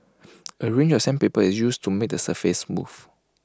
A range of sandpaper is used to make the surface smooth